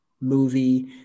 movie